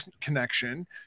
connection